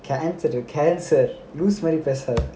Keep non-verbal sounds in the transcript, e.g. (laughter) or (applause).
(laughs)